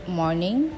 morning